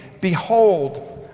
Behold